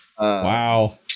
wow